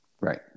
Right